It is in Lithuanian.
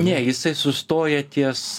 ne jisai sustoja ties